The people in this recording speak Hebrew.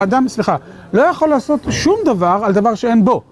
אדם, סליחה, לא יכול לעשות שום דבר על דבר שאין בו.